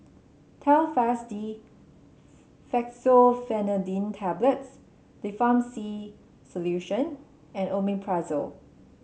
Telfast D Fexofenadine Tablets Difflam C Solution and Omeprazole